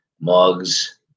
mugs